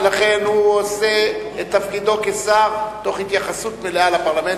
ולכן הוא עושה את תפקידו כשר תוך התייחסות מלאה לפרלמנט.